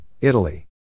Italy